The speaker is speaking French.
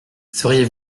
seriez